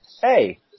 hey